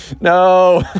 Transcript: No